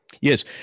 Yes